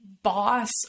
boss